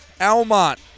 Almont